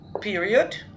period